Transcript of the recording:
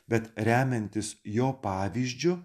bet remiantis jo pavyzdžiu